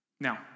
Now